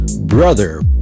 Brother